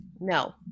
No